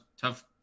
tough